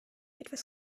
etwas